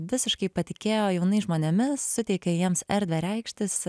visiškai patikėjo jaunais žmonėmis suteikė jiems erdvę reikštis